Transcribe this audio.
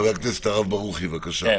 חבר הכנסת הרב ברוכי, בבקשה.